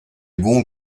bon